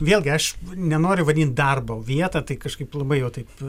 vėlgi aš nenoriu vadint darbo vieta tai kažkaip labai jau taip